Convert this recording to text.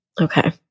Okay